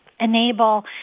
enable